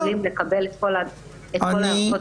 אנחנו לא יכולים לקבל את כל הערכות